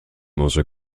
może